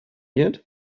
yet